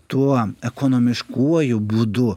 tuo ekonomiškuoju būdu